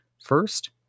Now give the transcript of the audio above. first